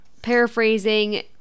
paraphrasing